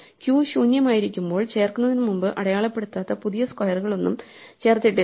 Q ശൂന്യമായിരിക്കുമ്പോൾ ചേർക്കുന്നതിനുമുമ്പ് അടയാളപ്പെടുത്താത്ത പുതിയ സ്ക്വയറുകളൊന്നും ചേർത്തിട്ടില്ല